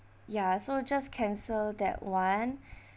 ya so just cancel that [one]